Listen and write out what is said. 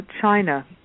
China